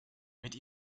mit